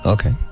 Okay